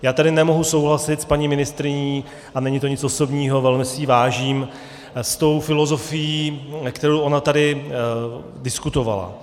Já tady nemohu souhlasit s paní ministryní, a není to nic osobního, velmi si jí vážím, s tou filozofií, kterou ona tady diskutovala.